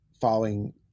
following